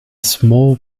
small